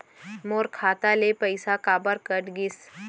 मोर खाता ले पइसा काबर कट गिस?